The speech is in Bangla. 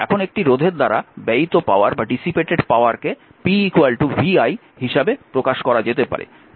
এখন একটি রোধের দ্বারা ব্যয়িত পাওয়ারকে p vi হিসাবে প্রকাশ করা যেতে পারে